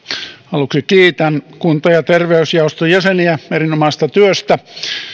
aluksi kiitän kunta ja terveysjaoston jäseniä erinomaisesta työstä